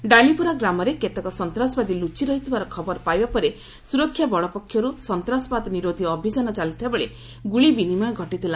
ଡାଲିପୋରା ଗ୍ରାମରେ କେତେକ ସନ୍ତାସବାଦୀ ଲୁଚି ରହିଥିବାର ଖବର ପାଇବା ପରେ ସୁରକ୍ଷା ବଳ ପକ୍ଷରୁ ସନ୍ତାସବାଦ ନିରୋଧୀ ଅଭିଯାନ ଚାଲିଥିବା ବେଳେ ଗୁଳିବିନିମୟ ଘଟିଥିଲା